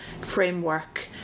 framework